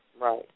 Right